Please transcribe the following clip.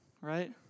right